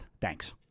Thanks